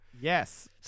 Yes